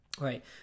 right